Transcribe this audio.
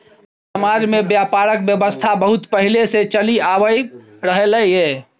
अपन समाज में ब्यापारक व्यवस्था बहुत पहले से चलि आइब रहले ये